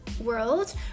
world